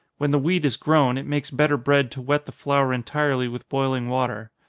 when the wheat is grown, it makes better bread to wet the flour entirely with boiling water.